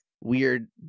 weird